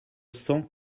cent